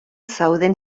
zauden